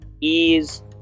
ease